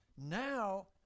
now